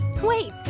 Wait-